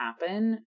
happen